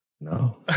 No